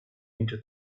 into